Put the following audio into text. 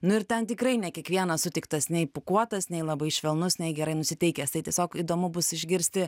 nu ir ten tikrai ne kiekvienas sutiktas nei pūkuotas nei labai švelnus nei gerai nusiteikęs tai tiesiog įdomu bus išgirsti